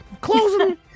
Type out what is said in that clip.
Closing